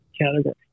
category